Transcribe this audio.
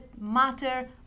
matter